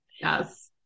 Yes